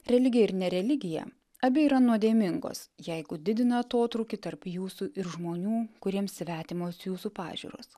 religija ir nereligija abi yra nuodėmingos jeigu didina atotrūkį tarp jūsų ir žmonių kuriems svetimos jūsų pažiūros